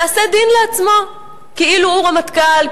יעשה דין לעצמו כאילו הוא רמטכ"ל,